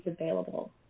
available